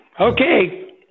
Okay